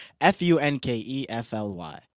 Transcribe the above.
f-u-n-k-e-f-l-y